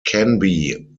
canby